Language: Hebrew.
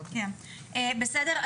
בסדר.